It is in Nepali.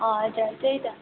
हजुर त्यही त